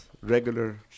regular